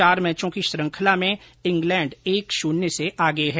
चार मैचों की श्रृंखला में इंग्लैंड एक शून्य से आगे है